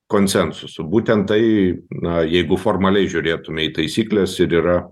konsensusu būtent tai na jeigu formaliai žiūrėtume į taisykles ir yra